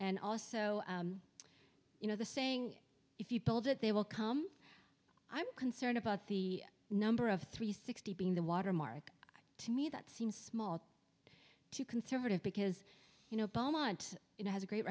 and also you know the saying if you build it they will come i'm concerned about the number of three sixty being the water mark to me that seems small to conservative because you know